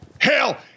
Hell